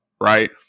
right